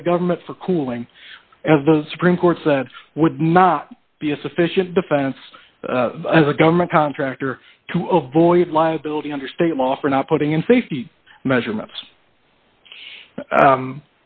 by the government for cooling as the supreme court said would not be a sufficient defense as a government contractor to avoid liability under state law for not putting in safety measurements